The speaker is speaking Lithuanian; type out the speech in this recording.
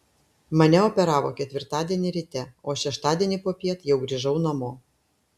mane operavo ketvirtadienį ryte o šeštadienį popiet jau grįžau namo